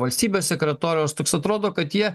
valstybės sekretoriaus atrodo kad jie